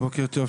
בוקר טוב.